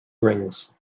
rings